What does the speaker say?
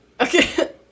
Okay